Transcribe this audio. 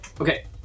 Okay